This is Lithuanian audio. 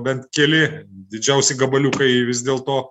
bent keli didžiausi gabaliukai vis dėlto